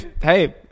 hey